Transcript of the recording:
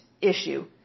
issue